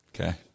Okay